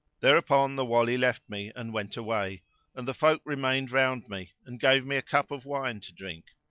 thereupon the wali left me, and went away and the folk remained round me and gave me a cup of wine to drink.